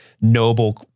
noble